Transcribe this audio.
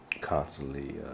constantly